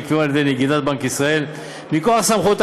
שנקבעו על ידי נגידת בנק ישראל מכוח סמכותה